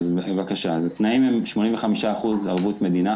התנאים הם: 85% ערבות מדינה,